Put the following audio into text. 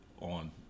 on